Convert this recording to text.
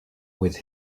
with